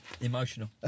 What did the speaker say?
emotional